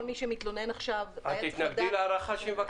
כל מי שמתלונן עכשיו -- את תתנגדי להארכה שהיא מבקשת?